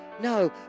No